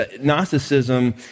Gnosticism